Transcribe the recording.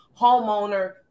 homeowner